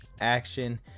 action